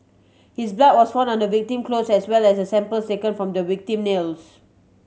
his blood was found on the victim clothes as well as on samples taken from the victim nails